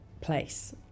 place